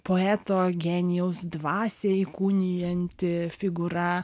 poeto genijaus dvasią įkūnijanti figūra